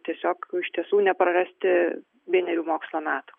tiesiog iš tiesų neprarasti vienerių mokslo metų